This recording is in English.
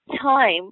time